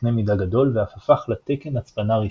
בקנה מידה גדול ואף הפך לתקן הצפנה רשמי,